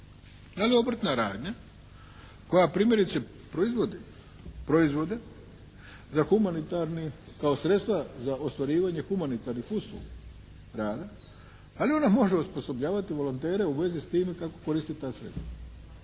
ta obrtna radnja koja primjerice proizvodi proizvode za humanitarni kao sredstva za ostvarivanje humanitarnih usluga rada, ali ona može osposobljavati volontere u vezi s time kako koristiti ta sredstva,